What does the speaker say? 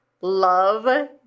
love